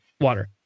water